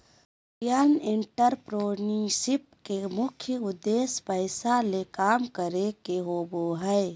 millennial entrepreneurship के मुख्य उद्देश्य पैसा ले काम करे के होबो हय